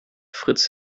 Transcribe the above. fritz